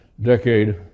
decade